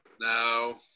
No